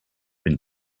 been